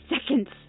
seconds